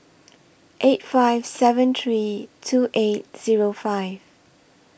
eight five seven three two eight Zero five